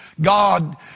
God